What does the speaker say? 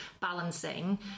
balancing